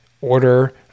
order